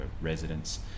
residents